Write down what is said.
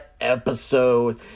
episode